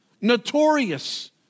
notorious